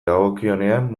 dagokionean